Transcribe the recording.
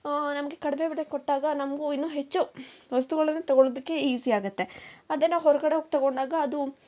ನಮಗೆ ಕಡಿಮೆ ಬೆಲೆಗೆ ಕೊಟ್ಟಾಗ ನಮಗೂ ಇನ್ನು ಹೆಚ್ಚು ವಸ್ತುಗಳನ್ನು ತೊಗೊಳ್ಳೋದಕ್ಕೆ ಈಸಿ ಆಗುತ್ತೆ ಅದನ್ನು ಹೊರಗಡೆ ಹೋಗಿ ತೊಗೊಂಡಾಗ ಅದು